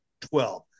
Twelve